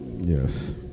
Yes